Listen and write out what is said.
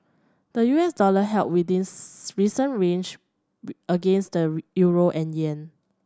the U S dollar held within recent range against the euro and yen